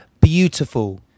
beautiful